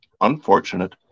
unfortunate